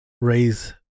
raise